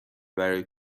برای